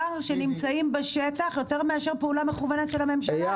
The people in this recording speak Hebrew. שנמצאים בשטח יותר מאשר פעולה מכוונת של הממשלה?